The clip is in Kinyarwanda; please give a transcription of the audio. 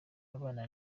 abana